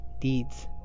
deeds